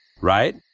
right